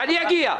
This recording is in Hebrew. ואני אגיע.